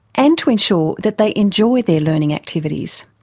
and to ensure that they enjoy their learning activities.